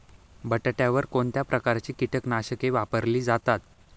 बटाट्यावर कोणत्या प्रकारची कीटकनाशके वापरली जातात?